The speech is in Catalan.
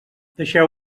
deixeu